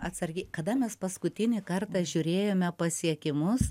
atsargiai kada mes paskutinį kartą žiūrėjome pasiekimus